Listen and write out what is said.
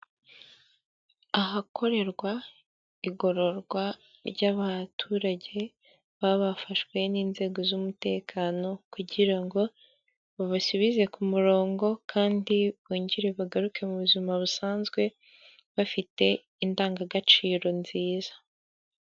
Ahakorerwa igororwa ry'abaturage baba bafashwe n'inzego z'umutekano kugira ngo babasubize ku murongo kandi bongere bagaruke mu buzima busanzwe bafite indangagaciro nziza.